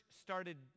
started